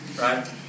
right